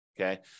okay